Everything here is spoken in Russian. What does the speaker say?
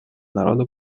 народу